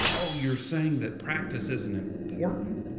oh, you're saying that practice isn't important